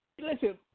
listen